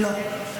לא.